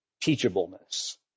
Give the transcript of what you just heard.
teachableness